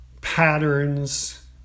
Patterns